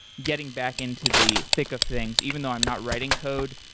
getting back into the thick of things, even though i'm not writing code,